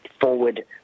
forward